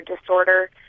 disorder